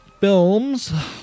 films